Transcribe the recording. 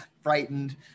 frightened